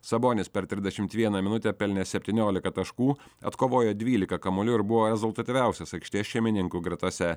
sabonis per trisdešimt vieną minutę pelnė septyniolika taškų atkovojo dvylika kamuolių ir buvo rezultatyviausias aikštės šeimininkų gretose